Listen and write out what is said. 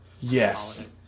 Yes